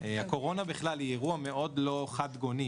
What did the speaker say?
הקורונה בכלל היא אירוע מאוד לא חד-גוני.